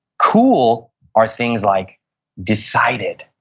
cool are things like decided.